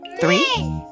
Three